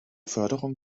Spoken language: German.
förderung